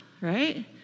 right